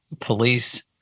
police